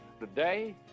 Today